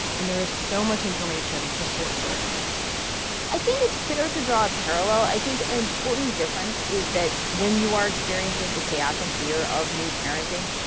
and there is so much information to sort through i think it's fair to draw a parallel. i think an important difference is that when you are experiencing the chaos and fear of new parenting,